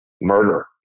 murder